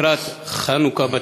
לקראת חנוכה,